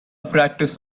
practice